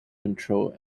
control